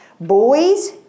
Boys